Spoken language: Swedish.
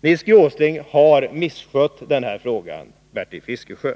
Nils G. Åsling har misskött den här frågan, Bertil Fiskesjö.